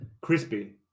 crispy